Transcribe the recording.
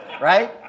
Right